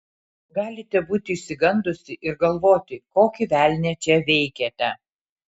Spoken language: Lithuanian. galite būti išsigandusi ir galvoti kokį velnią čia veikiate